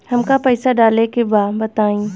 हमका पइसा डाले के बा बताई